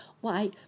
Why